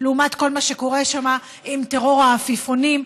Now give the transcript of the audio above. לעומת כל מה שקורה שם עם טרור העפיפונים?